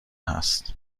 هست